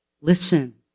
Listen